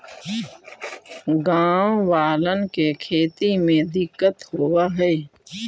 गाँव वालन के खेती में दिक्कत होवऽ हई